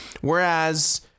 Whereas